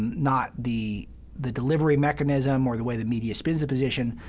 not the the delivery mechanism or the way the media spins the position,